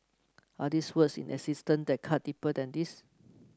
are these words in existence that cut deeper than these